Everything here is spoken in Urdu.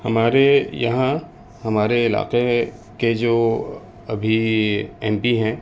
ہمارے یہاں ہمارے علاقے کے جو ابھی ایم پی ہیں